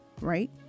right